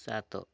ସାତ